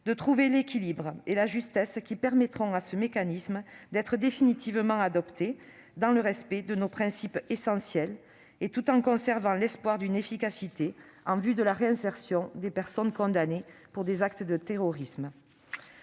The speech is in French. de trouver l'équilibre et la justesse qui permettront à ce mécanisme d'être définitivement adopté dans le respect de nos principes essentiels et tout en conservant l'espoir d'une efficacité en vue de la réinsertion des personnes condamnées pour des actes de terrorisme.